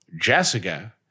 Jessica